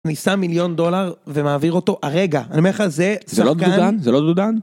ניסה מיליון דולר ומעביר אותו הרגע, אני אומר לך זה, זה לא דודן זה לא דודן.